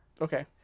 Okay